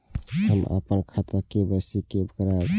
हम अपन खाता के के.वाई.सी के करायब?